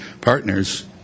partners